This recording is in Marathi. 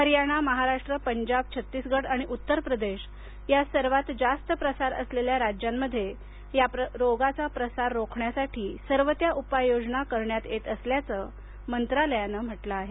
हरयाणा महाराष्ट्र पंजाब छत्तीसगड आणि उत्तर प्रदेश या सर्वात जास्त प्रसार असलेल्या राज्यांमध्ये या रोगाचा प्रसार रोखण्यासाठी सर्व त्या उपाययोजना करण्यात येत असल्याचे मंत्रालयाने म्हटले आहे